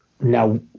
Now